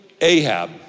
Ahab